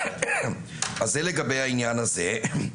זה לגבי העניין הזה.